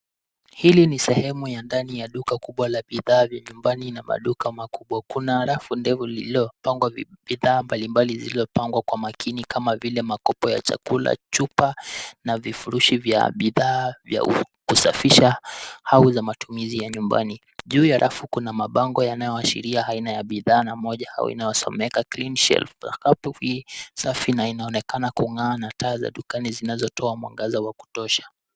Hili ni sehemu ya ndani ya duka kubwa la bidhaa vya nyumbani na maduka makubwa. Kuna arafu ndefu lililopangwa bidhaa mbali mbali zilizopangwa kwa makini, kama vile makopo ya chakula, chupa, na vifurushi vya bidhaa vya kusafisha au za matumizi ya nyumbani. Juu ya rafu kuna mabango yanayohashiria aina ya bidhaa na moja inayosomeka Cleanshelf. Sakafu ni safi na inaonekana kung'aa na taa za dukani zinazotoa mwangaza wa kutosha.